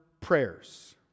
prayers